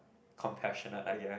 compassionate I guess